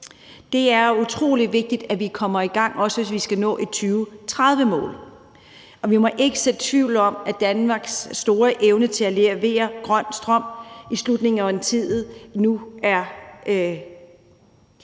Det er utrolig vigtigt, at vi kommer i gang, også hvis vi skal nå et 2030-mål, og vi må ikke så tvivl om, om Danmarks store evne til at levere grøn strøm i slutningen af årtiet nu er så usikker,